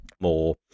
more